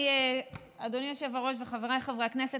אדוני היושב-ראש וחבריי חברי הכנסת,